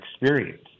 experience